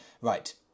Right